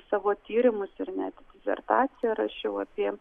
savo tyrimus ir net disertaciją rašiau apie